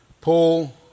Paul